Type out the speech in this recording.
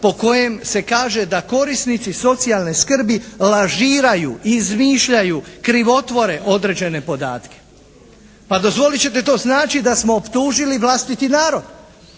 po kojem se kaže, da korisnici socijalne skrbi lažiraju, izmišljaju, krivotvore određene podatke. Pa dozvolit ćete, to znači da smo optužili vlastiti narod.